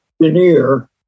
engineer